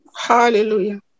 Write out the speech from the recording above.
Hallelujah